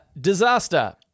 Disaster